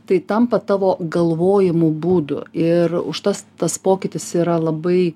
tai tampa tavo galvojimo būdu ir užtas tas pokytis yra labai